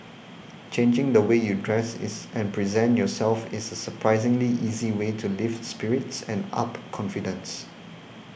changing the way you dress is and present yourself is a surprisingly easy way to lift spirits and up confidence